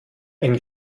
ein